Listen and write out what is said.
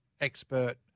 expert